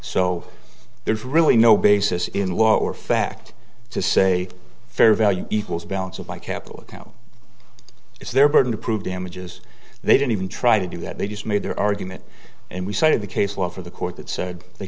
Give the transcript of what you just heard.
so there's really no basis in law or fact to say fair value equals balance of my capital account it's their burden to prove damages they didn't even try to do that they just made their argument and we cited the case law for the court that said they